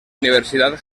universidad